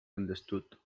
understood